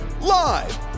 live